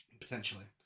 Potentially